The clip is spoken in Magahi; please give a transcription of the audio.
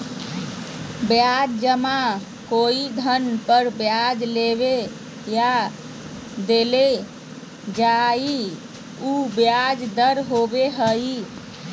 ब्याज जमा कोई धन पर ब्याज लेबल या देल जा हइ उ ब्याज दर होबो हइ